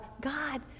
God